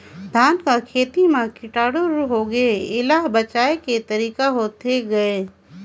धान कर खेती म कीटाणु होगे हे एला बचाय के तरीका होथे गए?